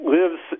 lives